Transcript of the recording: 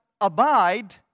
abide